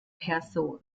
perso